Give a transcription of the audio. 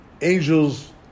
angels